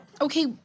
okay